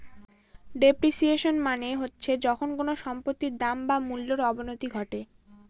depreciation মানে হচ্ছে যখন কোনো সম্পত্তির দাম বা মূল্যর অবনতি ঘটে